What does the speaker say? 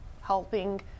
helping